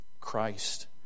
Christ